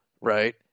right